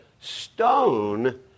stone